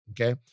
okay